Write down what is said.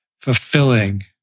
fulfilling